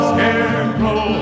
Scarecrow